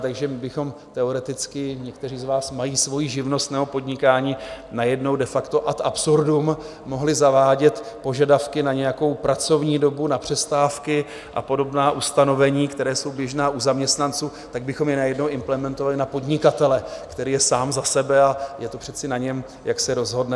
Takže my bychom teoreticky někteří z vás mají svoji živnost nebo podnikání najednou de facto ad absurdum mohli zavádět požadavky na nějakou pracovní dobu, na přestávky a podobná ustanovení, která jsou běžná u zaměstnanců, tak bychom je najednou implementovali na podnikatele, který je sám za sebe, a je to přece na něm, jak se rozhodne.